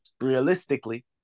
realistically